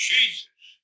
Jesus